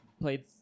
played